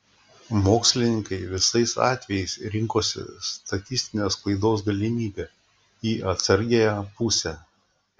mokslininkai visais atvejais rinkosi statistinės klaidos galimybę į atsargiąją pusę